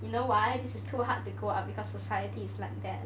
you know why this is too hard to go ah because society is like that